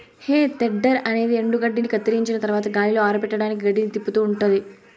హే tedder అనేది ఎండుగడ్డిని కత్తిరించిన తరవాత గాలిలో ఆరపెట్టడానికి గడ్డిని తిప్పుతూ ఉంటాది